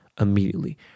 immediately